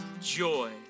joy